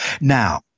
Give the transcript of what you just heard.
Now